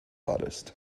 artist